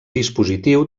dispositiu